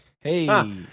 Hey